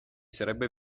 sarebbe